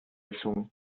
sitzheizung